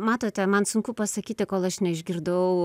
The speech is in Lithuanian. matote man sunku pasakyti kol aš neišgirdau